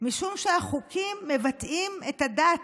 משום שהחוקים מבטאים את הדת,